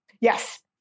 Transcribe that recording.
Yes